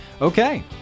Okay